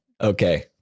Okay